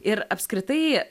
ir apskritai